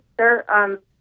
sir